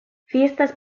fiestas